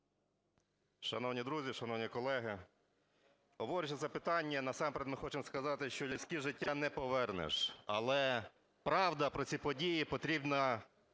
Шановні друзі, шановні колеги, обговорюючи це питання, насамперед ми хочемо сказати, що людські життя не повернеш, але правда про ці події потрібна їм, потрібна